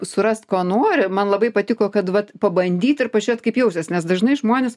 surast ko nori man labai patiko kad vat pabandyt ir pažiūrėt kaip jausies nes dažnai žmonės